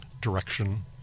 direction